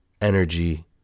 energy